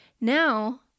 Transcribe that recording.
Now